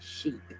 sheep